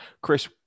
Chris